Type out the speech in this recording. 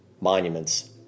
monuments